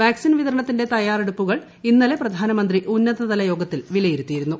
vaccine വിതരണത്തിന്റെ തയാറെടുപ്പുകൾ ഇന്നലെ പ്രധാനമന്ത്രി ഉന്നതതലയോഗത്തിൽ വിലയിരുത്തിയി രുന്നു